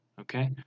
okay